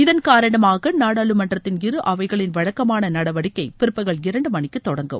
இதன் காரணமாக நாடாளுமன்றத்தின் இரு அவைகளின் வழக்கமான நடவடிக்கை பிற்பகல் இரண்டு மணிக்கு தொடங்கும்